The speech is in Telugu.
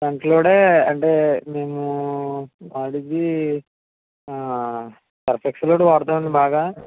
ఫ్రంట్ లోడే అంటే మేము వాడేది ఆ సర్ఫ్ ఎక్సెల్ ఒకటి వాడతామండి బాగా